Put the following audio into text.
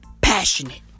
passionate